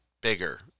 bigger